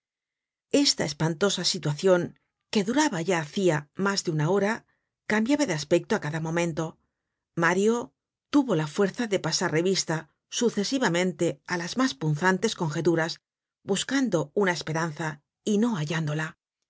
esta espantosa situacion que duraba ya hacia mas de una hora cambiaba de aspecto á cada momento mario tuvo la fuerza de pasar revista sucesivamente á las mas punzantes conjeturas buscando una esperanza y no hallándola